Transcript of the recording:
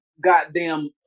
goddamn